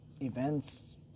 Events